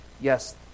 Yes